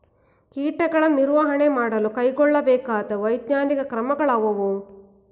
ಕೀಟಗಳ ನಿರ್ವಹಣೆ ಮಾಡಲು ಕೈಗೊಳ್ಳಬೇಕಾದ ವೈಜ್ಞಾನಿಕ ಕ್ರಮಗಳು ಯಾವುವು?